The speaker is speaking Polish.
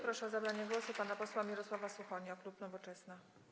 Proszę o zabranie głosu pana posła Mirosława Suchonia, klub Nowoczesna.